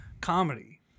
comedy